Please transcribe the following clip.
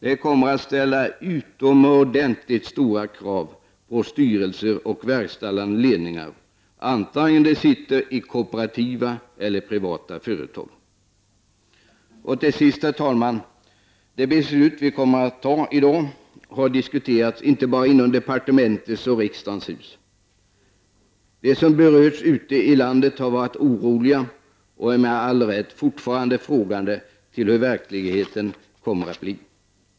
Detta kommer att ställa utomordentligt stora krav på styrelser och verkställande ledningar, vare sig de sitter i kooperativa eller i privata företag. Fru talman! Det beslut som vi i dag kommer att fatta har diskuterats, inte bara inom departementet och riksdagens hus. De som berörs ute i landet har varit oroliga och de är med all rätt fortfarande frågande till hur verkligheten kommer att se ut.